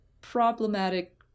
problematic